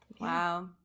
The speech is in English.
wow